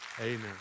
Amen